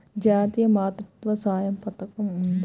జాతీయ మాతృత్వ సహాయ పథకం ఉందా?